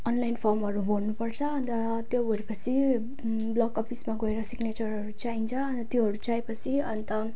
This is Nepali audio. अनलाइन फर्महरू भर्नुपर्छ अन्त त्यो भरेपछि ब्लक अफिसमा गएर सिग्नेचरहरू चाहिन्छ अन्त त्योहरू चाहिएपछि अन्त